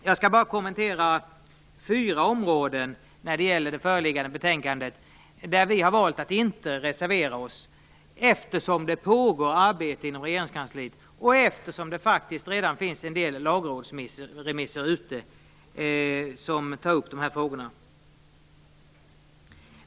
Jag skall bara kommentera fyra områden när det gäller föreliggande betänkande, där vi har valt att inte reservera oss eftersom det pågår arbete inom Regeringskansliet och eftersom det faktiskt redan finns en del lagrådsremisser ute som tar upp dessa frågor.